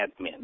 admin